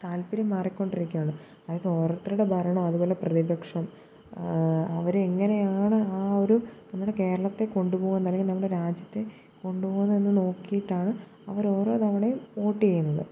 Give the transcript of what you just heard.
താത്പര്യം മാറി കൊണ്ടിരിക്കുവാണ് അതുപോലെ ഓരോരുത്തരുടെ ഭരണം അതുപോലെ പ്രതിപക്ഷം അവർ എങ്ങനെയാണ് ആ ഒരു നമ്മുടെ കേരളത്തെ കൊണ്ട് പോകുന്നത് അല്ലേ നമ്മുടെ രാജ്യത്തെ കൊണ്ട് പോകുന്നതെന്നു നോക്കിയിട്ടാണ് അവരോരോ തവണയും വോട്ട് ചെയ്യുന്നത്